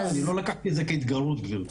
אני לא לקחתי את זה כהתגרות, גברתי.